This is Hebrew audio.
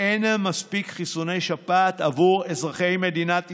אין מספיק חיסוני שפעת עבור אזרחי מדינת ישראל,